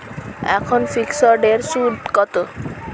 এখন ফিকসড এর সুদ কত?